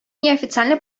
неофициальный